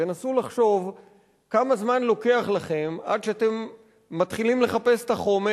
תנסו לחשוב כמה זמן לוקח לכם עד שאתם מתחילים לחפש את החומר,